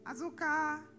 Azuka